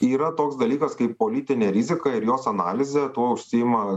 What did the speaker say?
yra toks dalykas kaip politinė rizika ir jos analizė tuo užsiima